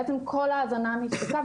כל ההזנה נפסקה,